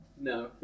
No